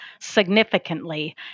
significantly